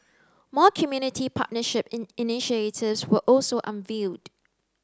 more community partnership initiatives were also unveiled